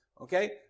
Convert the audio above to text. Okay